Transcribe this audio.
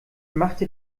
machte